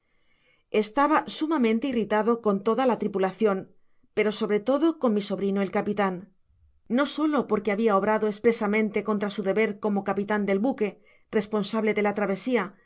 estaba sumamente irritado con toda la tripulacion pero sobre todo con mi sobrino el capitan no solo porque habia obrado espresamente contra su deber como capitan del buque responsable de la travesia